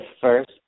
first